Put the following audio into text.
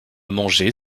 manger